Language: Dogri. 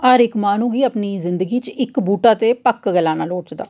हर इक माह्नू गी अपनी जिंदगी च इक बूह्टा ते पक्क गै लाना लोड़चदा